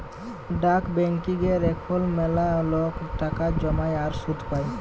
ডাক ব্যাংকিংয়ে এখল ম্যালা লক টাকা জ্যমায় আর সুদ পায়